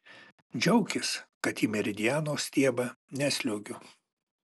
džiaukis kad į meridiano stiebą nesliuogiu